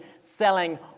selling